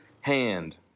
hand